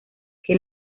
que